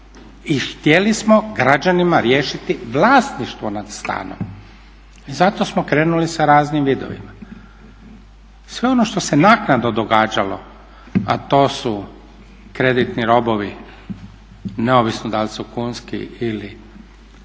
i htjeli smo građanima riješiti vlasništvo nad stanom i zato smo krenuli sa raznim vidovima. Sve ono što se naknadno događalo, a to su kreditni robovi, neovisno da li su kunski ili